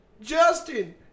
Justin